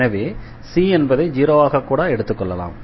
எனவே C என்பதை 0 ஆக கூட எடுத்துக்கொள்ளலாம்